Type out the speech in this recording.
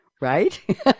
right